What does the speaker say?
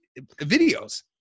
videos